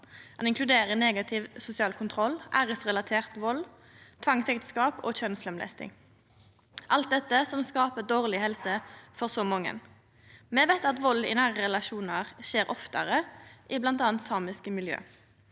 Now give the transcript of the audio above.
Han inkluderer negativ sosial kontroll, æresrelatert vald, tvangsekteskap og kjønnslemlesting – alt dette som skaper dårleg helse for så mange. Me veit at vald i nære relasjonar skjer oftare i bl.a. samiske miljø.